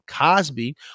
Cosby